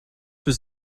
was